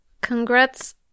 Congrats